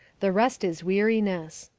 the rest is weariness.